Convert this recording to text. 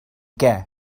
què